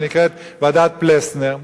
שנקראת ועדת-פלסנר,